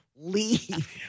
leave